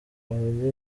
abageni